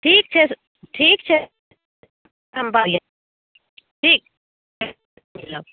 ठीक छै ठीक छै ठीक